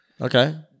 Okay